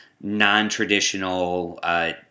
non-traditional